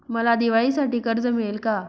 मला दिवाळीसाठी कर्ज मिळेल का?